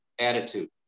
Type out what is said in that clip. attitude